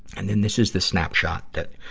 and then, this is the snapshot that